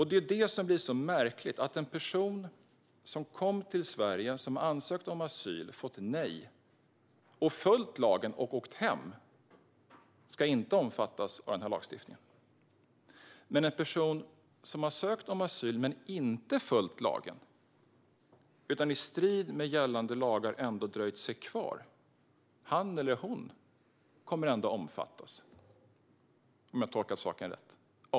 Det är detta som blir så märkligt: En person som har kommit till Sverige, som har ansökt om asyl och fått nej och som har följt lagen och åkt hem ska inte omfattas av lagstiftningen. Men en person som har ansökt om asyl men som inte har följt lagen utan i strid med gällande lagar har dröjt sig kvar kommer att omfattas av lagen, om jag har tolkat saken rätt.